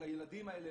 לילדים האלה,